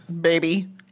baby